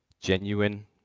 genuine